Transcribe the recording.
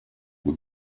were